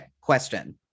Question